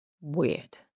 weird